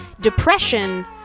depression